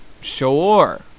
Sure